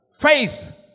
Faith